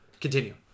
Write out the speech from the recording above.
Continue